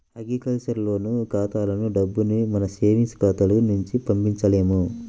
agriculture loan ఖాతాలకు డబ్బుని మన సేవింగ్స్ ఖాతాల నుంచి పంపించలేము